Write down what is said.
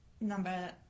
number